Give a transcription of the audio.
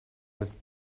was